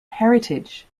heritage